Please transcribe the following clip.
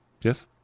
Yes